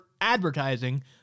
ADVERTISING